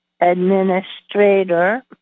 administrator